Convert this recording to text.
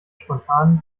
spontanen